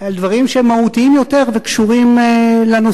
על דברים שהם מהותיים יותר וקשורים לנושא,